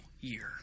year